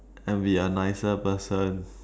and be a nicer person